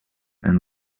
and